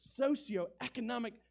socioeconomic